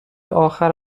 آخر